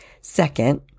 Second